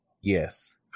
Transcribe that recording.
Yes